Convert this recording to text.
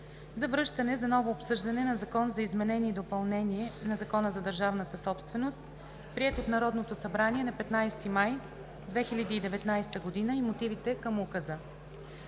за връщане за ново обсъждане на Закона за изменение и допълнение на Закона за държавната собственост, приет от Народното събрание на 15 май 2019 г. и мотивите към Указа.